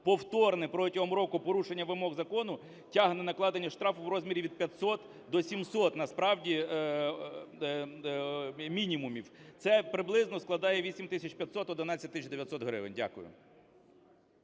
повторне протягом року порушення вимог закону тягне накладення штрафу в розмірі від 500 до 700, насправді, мінімумів, це приблизно складає 8 тисяч 500 – 11 тисяч 900 гривень. Дякую.